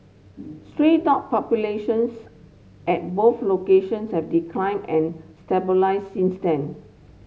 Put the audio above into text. stray dog populations at both locations have declined and stabilised since then